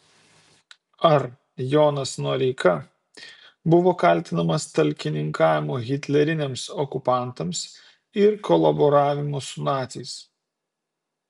ar jonas noreika buvo kaltinamas talkininkavimu hitleriniams okupantams ir kolaboravimu su naciais